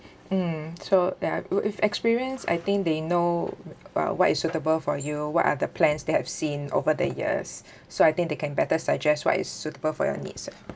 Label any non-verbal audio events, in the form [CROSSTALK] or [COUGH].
mm so ya wi~ with experience I think they know uh what is suitable for you what are the plans they have seen over the years [BREATH] so I think they can better suggest why is suitable for your needs ah